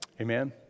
Amen